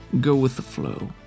go-with-the-flow